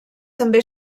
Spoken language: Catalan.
també